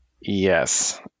Yes